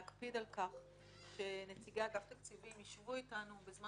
להקפיד על כך שנציגי אגף תקציבים יישבו איתנו בזמן